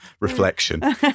reflection